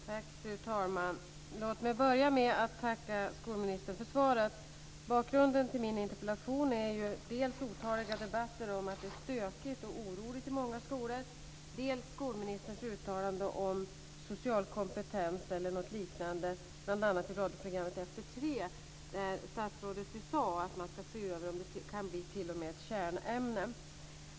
Fru talman! Låt mig börja med att tacka skolministern för svaret. Bakgrunden till min interpellation är dels otaliga debatter om att det är stökigt och oroligt i många skolor, dels skolministerns uttalande om social kompetens eller något liknande, bl.a. i radioprogrammet Efter 3, där statsrådet ju sade att man ska se över om detta kan bli t.o.m. ett kärnämne.